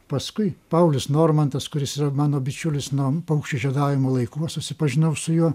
paskui paulius normantas kuris yra mano bičiulis nom paukščių žiedavimo laikų aš susipažinau su juo